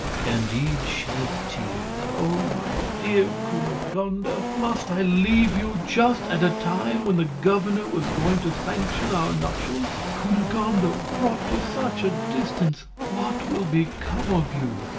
candide shed tears. oh! my dear cunegonde! ah must i leave you just at a time when the governor was going to sanction our nuptials? cunegonde, ah brought to such a distance what will become of you?